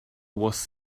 was